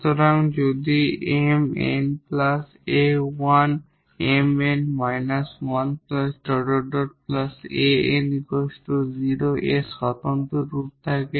সুতরাং যদি 𝑚𝑛 𝑎1𝑚𝑛 − 1 ⋯ 𝑎𝑛 0 এর এই ডিস্টিংক্ট রুট থাকে